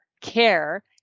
care